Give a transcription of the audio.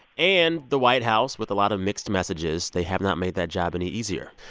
and the white house, with a lot of mixed messages, they have not made that job any easier.